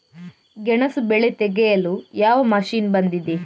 ಗೆಣಸು ಬೆಳೆ ತೆಗೆಯಲು ಯಾವ ಮಷೀನ್ ಬಂದಿದೆ?